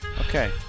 Okay